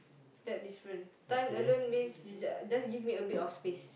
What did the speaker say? that's different turn alone means just just give me a bit of space